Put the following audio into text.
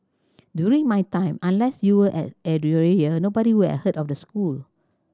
during my time unless you were at area nobody were have heard of the school